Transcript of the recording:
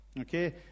okay